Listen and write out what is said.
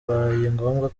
ngombwa